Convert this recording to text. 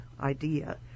idea